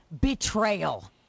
betrayal